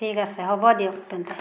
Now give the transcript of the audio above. ঠিক আছে হ'ব দিয়ক তেন্তে